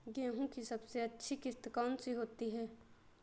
गेहूँ की सबसे अच्छी किश्त कौन सी होती है?